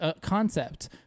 concept